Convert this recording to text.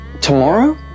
tomorrow